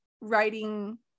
writing